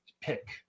Pick